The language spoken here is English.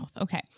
Okay